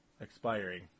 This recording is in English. expiring